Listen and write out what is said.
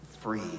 free